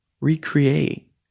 recreate